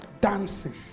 dancing